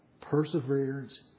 perseverance